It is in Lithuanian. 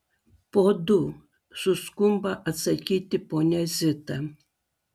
po du suskumba atsakyti ponia zita